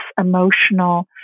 emotional